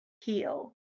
heal